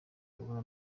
kubura